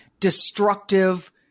destructive